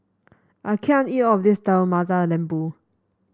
I can't eat all of this Telur Mata Lembu